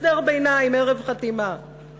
הסדר ביניים ערב חתימה,